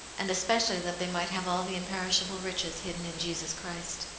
and especially that they might have all the imperishable riches hidden in jesus christ.